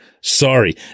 Sorry